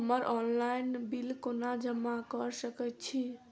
हम्मर online bill कोना जमा कऽ सकय छी?